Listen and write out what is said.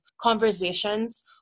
conversations